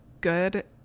good